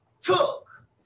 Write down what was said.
took